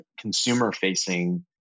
consumer-facing